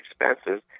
expenses